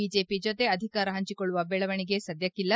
BJP ಜೊತೆ ಅಧಿಕಾರ ಹಂಚಿಕೊಳ್ಳುವ ಬೆಳವಣಿಗೆ ಸದ್ದಕ್ಕಿಲ್ಲ